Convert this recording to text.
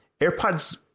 AirPods